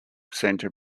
centre